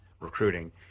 recruiting